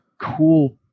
cool